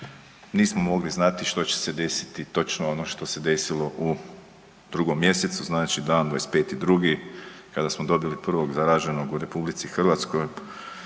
Nismo mogli znati što će se desiti, točno ono što se desilo u 2. mjesecu, znači dan 25.2., kada smo dobili prvog zaraženog u RH koronavirusom